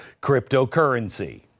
Cryptocurrency